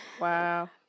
Wow